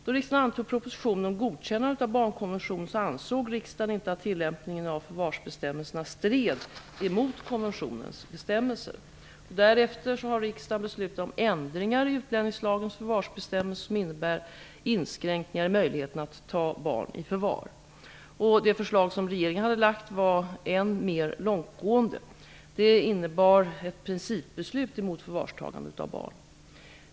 Då riksdagen antog propositionen om godkännande av barnkonventionen ansåg riksdagen inte att tillämpningen av förvarsbestämmelserna stred mot konventionens bestämmelser. Därefter har riksdagen beslutat om ändringar i utlänningslagens förvarsbestämmelser som innebär inskränkningar i möjligheten att ta barn i förvar. Det förslag som regeringen hade lagt fram var än mer långtgående; det innebar ett principförbud mot förvarstagande av barn.